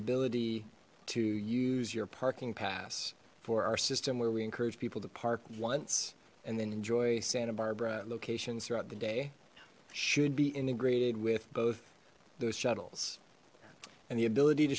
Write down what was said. ability to use your parking pass for our system where we encourage people to park once and then enjoy santa barbara locations throughout the day should be integrated with both those shuttles and the ability to